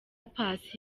paccy